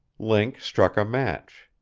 link struck a match.